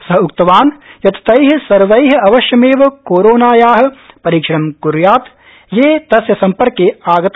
सः उक्तवान् यत् तै सर्वै अवश्यमेव कोरोनाया परीक्षणं क्र्यात् ये तस्य सम्पर्के आगता